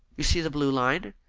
you see the blue line?